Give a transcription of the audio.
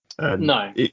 No